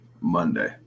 Monday